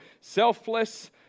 selfless